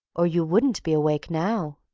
or you wouldn't be awake now.